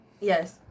Yes